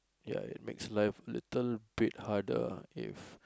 ya it makes life little bit harder if